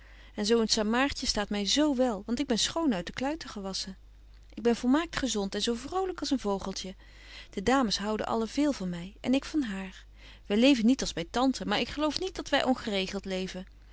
en zo een samaaartje staat my z wél want ik ben schoon uit de kluiten gewassen ik ben volmaakt gezont en zo vrolyk als een vogeltje de dames houden allen veel van my en ik van haar wy leven niet als by tante maar ik geloof niet dat wy ongeregelt leven